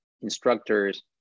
instructors